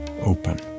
open